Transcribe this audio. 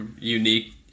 unique